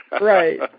Right